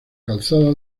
calzada